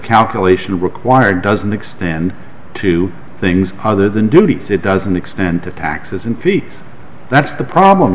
calculation required doesn't extend to things other than dubious it doesn't extend to taxes and p that's the problem